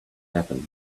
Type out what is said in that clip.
happened